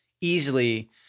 easily